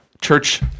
church